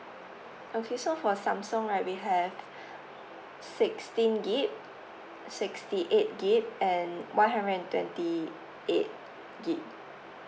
okay so for samsung right we have sixteen G_B sixty eight G_B and one hundred and twenty eight G_B